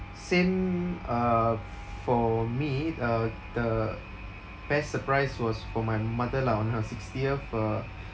same uh f~ for me uh the best surprise was for my mother lah on her sixtieth uh